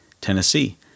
Tennessee